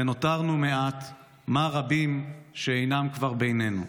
ונותרנו מעט / מה רבים שאינם כבר בינינו.